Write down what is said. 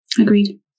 Agreed